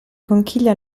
conchiglia